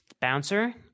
bouncer